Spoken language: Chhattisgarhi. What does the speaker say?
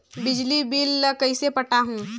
बिजली बिल ल कइसे पटाहूं?